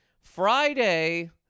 Friday